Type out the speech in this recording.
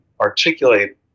articulate